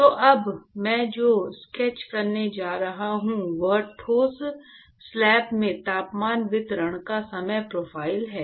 तो अब मैं जो स्केच करने जा रहा हूं वह ठोस स्लैब में तापमान वितरण का समय प्रोफ़ाइल है